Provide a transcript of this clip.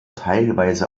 teilweise